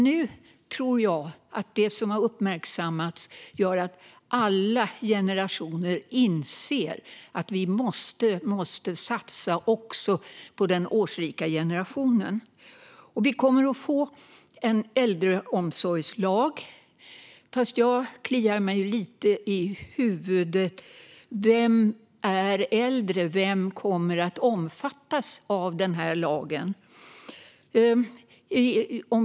Nu tror jag att det som har uppmärksammats gör att alla generationer inser att vi också måste satsa på den årsrika generationen. Nu kommer det att bli en äldreomsorgslag. Fast jag kliar mig lite i huvudet; vem är äldre, vem kommer att omfattas av lagen?